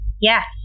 Yes